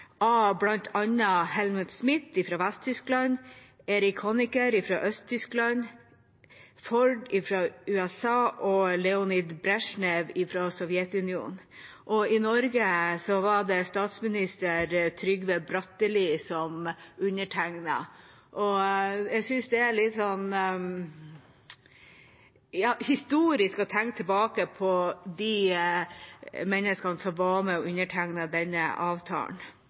av bl.a. Helmut Schmidt fra Vest-Tyskland, Erich Honecker fra Øst-Tyskland, Ford fra USA og Leonid Bresjnev fra Sovjetunionen. For Norge var det statsminister Trygve Bratteli som undertegnet. Jeg synes det er historisk å tenke tilbake på de menneskene som var med og undertegnet denne avtalen.